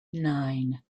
nine